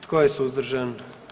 Tko je suzdržan?